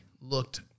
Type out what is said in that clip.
looked